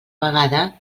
vegada